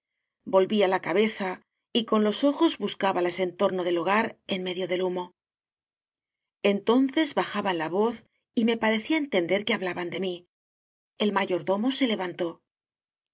complacido volvía la cabeza y con los ojos buscábales en tor no del hogar en medio del humo enton ces bajaban la voz y me parecía entender que hablaban de mí el mayordomo se